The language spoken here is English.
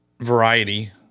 variety